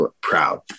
proud